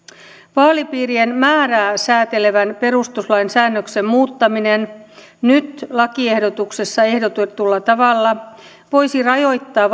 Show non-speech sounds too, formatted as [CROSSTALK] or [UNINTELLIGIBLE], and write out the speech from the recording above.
vaalipiirien määrää sääntelevän perustuslain säännöksen muuttaminen nyt lakiehdotuksessa ehdotetulla tavalla voisi rajoittaa [UNINTELLIGIBLE]